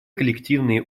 коллективные